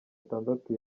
atandatu